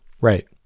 Right